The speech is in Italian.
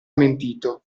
mentito